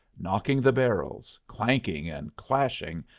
knocking the barrels, clanking and clashing,